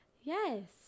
yes